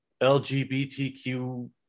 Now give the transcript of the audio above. LGBTQ